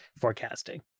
forecasting